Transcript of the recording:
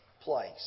place